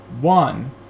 one